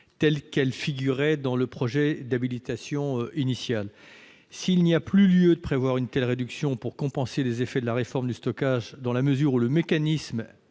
telle qu'elle figurait dans le projet d'habilitation initial. S'il n'y a plus lieu de prévoir une telle réduction pour compenser les effets de la réforme du stockage, dans la mesure où le mécanisme